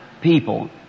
people